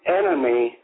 enemy